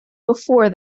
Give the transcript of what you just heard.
before